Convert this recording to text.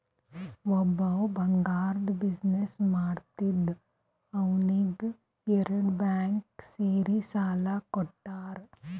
ಒಬ್ಬವ್ ಬಂಗಾರ್ದು ಬಿಸಿನ್ನೆಸ್ ಮಾಡ್ತಿದ್ದ ಅವ್ನಿಗ ಎರಡು ಬ್ಯಾಂಕ್ ಸೇರಿ ಸಾಲಾ ಕೊಟ್ಟಾರ್